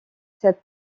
cette